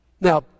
Now